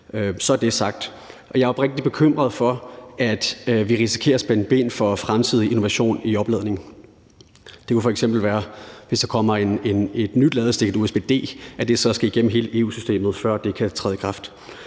Så er det sagt. Og jeg er oprigtigt bekymret for, at vi risikerer at spænde ben for fremtidig innovation inden for opladning. Det kunne f.eks. være, hvis der kommer et nyt ladestik, et usb-d-stik, og det så skal igennem hele EU-systemet, før det kan træde i kraft.